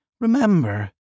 Remember